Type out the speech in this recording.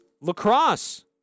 lacrosse